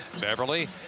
Beverly